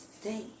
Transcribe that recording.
Stay